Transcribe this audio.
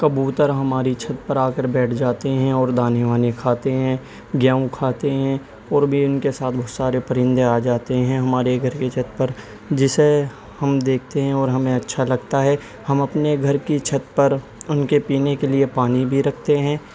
کبوتر ہماری چھت پر آ کر بیٹھ جاتے ہیں اور دانے وانے کھاتے ہیں گیہوں کھاتے ہیں اور بھی ان کے ساتھ بہت سارے پرندے آ جاتے ہیں ہمارے گھر کی چھت پر جسے ہم دیکھتے ہیں اور ہمیں اچھا لگتا ہے ہم اپنے گھر کی چھت پر ان کے پینے کے لیے پانی بھی رکھتے ہیں